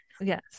Yes